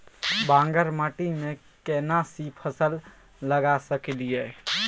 बांगर माटी में केना सी फल लगा सकलिए?